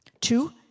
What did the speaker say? Two